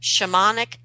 shamanic